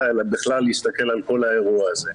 אלא בכלל להסתכל על כל האירוע הזה.